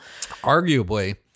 arguably